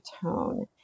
tone